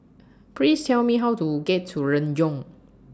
Please Tell Me How to get to Renjong